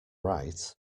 right